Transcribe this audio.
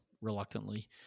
Reluctantly